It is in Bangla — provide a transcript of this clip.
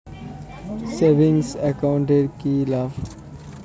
সেভিংস একাউন্ট এর কি লাভ?